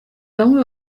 bamwe